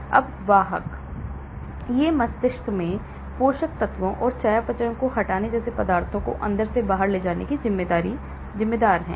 अब वाहक ये मस्तिष्क में पोषक तत्वों और चयापचयों को हटाने जैसे पदार्थों को अंदर से बाहर ले जाने के लिए जिम्मेदार हैं